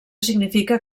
significa